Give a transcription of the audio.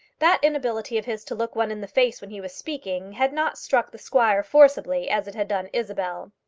that inability of his to look one in the face when he was speaking had not struck the squire forcibly as it had done isabel.